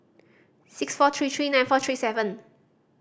six four three three nine four three seven